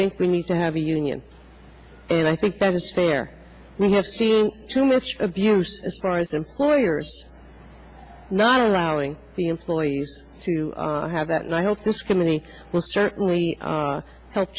think we need to have a union and i think that is fair we have seen too much abuse as far as employers not allowing the employees to have that and i hope this company will certainly help